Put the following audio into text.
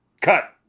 Cut